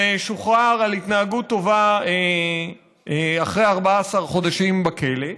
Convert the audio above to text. ושוחרר על התנהגות טובה אחרי 14 חודשים בכלא.